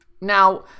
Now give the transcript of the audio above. Now